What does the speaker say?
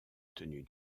tenue